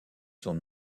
sont